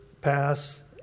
pass